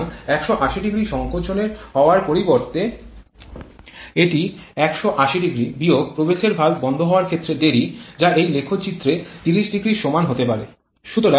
সুতরাং ১৮০০ সংকোচন হওয়ার পরিবর্তে এটি ১৮০০ বিয়োগ প্রবেশের ভালভ বন্ধ হওয়ার ক্ষেত্রে দেরিযা এই লেখচিত্রে ৩০০ এর সমান হতে পারে